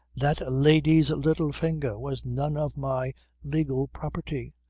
that lady's little finger was none of my legal property.